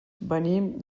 venim